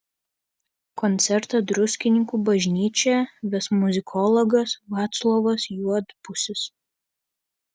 koncertą druskininkų bažnyčioje ves muzikologas vaclovas juodpusis